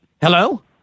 Hello